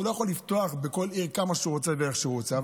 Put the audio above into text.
הוא לא יכול לפתוח בכל עיר כמה שהוא רוצה ואיך שהוא רוצה.